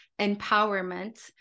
empowerment